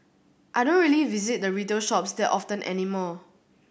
I don't really visit the retail shops that often anymore